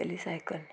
पयली सायकल